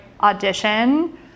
audition